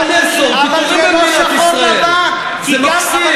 אדוני השר, אבל זה לא שחור-לבן, כי גם,